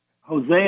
Hosea